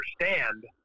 understand